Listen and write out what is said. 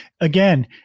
Again